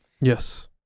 yes